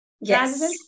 Yes